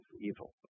evil